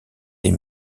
des